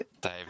Dave